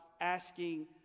asking